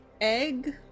egg